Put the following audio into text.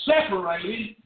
separated